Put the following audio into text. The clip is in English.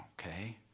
okay